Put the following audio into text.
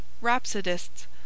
Rhapsodists